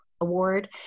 award